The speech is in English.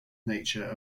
nature